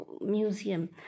museum